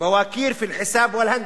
"בואכיר פי אל-חיסאב ואל-הנדסה",